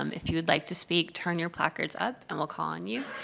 um if you would like to speak, turn your placards up and we'll call on you.